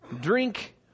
drink